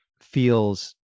feels